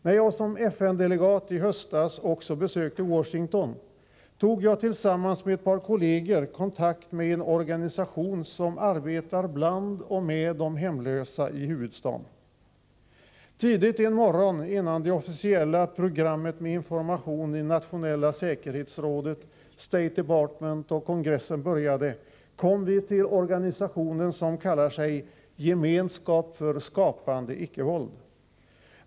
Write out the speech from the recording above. När jag som FN-delegat i höstas också besökte Washington tog jag tillsammans med ett par kolleger kontakt med en organisation som arbetar bland och med de hemlösa i huvudstaden. Tidigt en morgon, innan det officiella programmet med information i nationella säkerhetsrådet, State department, och kongressen började, kom vi till organisationen som kallar sig ”Gemenskap för skapande icke-våld”.